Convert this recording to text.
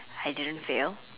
I didn't fail